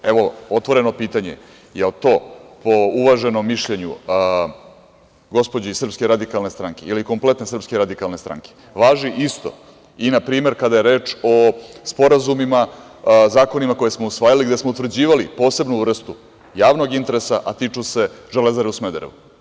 Evo, otvoreno pitanje, da li je to po uvaženom mišljenju gospođe iz SRS ili kompletne SRS, važi isto i na primer kada je reč o sporazumima, zakonima koje smo usvajali, gde smo utvrđivali posebnu vrstu javnog interesa, a tiču se "Železare" u Smederevu?